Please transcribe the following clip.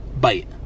Bite